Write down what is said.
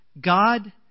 God